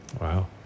Wow